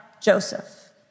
Joseph